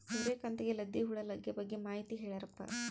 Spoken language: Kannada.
ಸೂರ್ಯಕಾಂತಿಗೆ ಲದ್ದಿ ಹುಳ ಲಗ್ಗೆ ಬಗ್ಗೆ ಮಾಹಿತಿ ಹೇಳರಪ್ಪ?